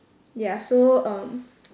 ya so um